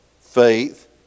faith